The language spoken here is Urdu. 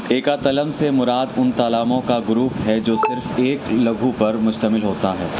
ایکا تلم سے مراد ان تالاموں کا گروپ ہے جو صرف ایک لگھو پر مشتمل ہوتا ہے